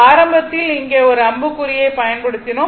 ஆரம்பத்தில் இங்கே ஒரு அம்புக்குறியை பயன்படுத்தினோம்